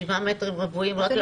שבע מטרים רבועים רק לקוחות.